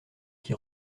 qui